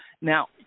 Now